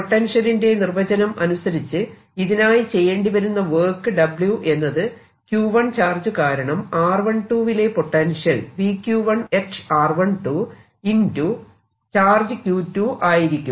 പൊട്ടൻഷ്യലിന്റെ നിർവ്വചനം അനുസരിച്ച് ഇതിനായി ചെയ്യേണ്ടിവരുന്ന വർക്ക് W എന്നത് Q1 ചാർജ് കാരണം r12 വിലെ പൊട്ടൻഷ്യൽ VQ 1 ✕ ചാർജ് Q2 ആയിരിക്കും